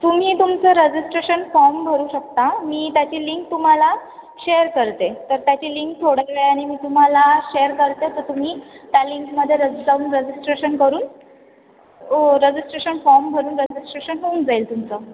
तुम्ही तुमचं registration form भरू शकता मी त्याची लिंक तुम्हाला शेअर तुम्हाला शेअर करते तर तुम्ही त्या लिंकमध्ये रज जाऊन रजिस्ट्रेशन करून ओ रजिस्ट्रेशन फॉर्म भरून रजिस्ट्रेशन होऊन जाईल तुमचं